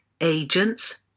agents